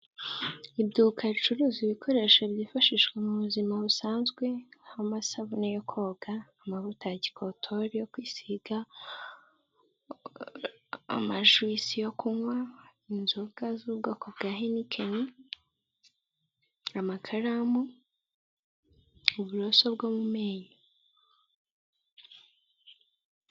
Iduka ricuruza ibikoresho byifashishwa mu buzima busanzwe harimo amasabune yo koga, amavuta ya gikotori yo kwisiga, amajuyisi yo kunywa, inzoga z'ubwoko bwa henikeni, amakaramu, uburoso bwo mu menyo.